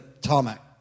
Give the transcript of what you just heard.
tarmac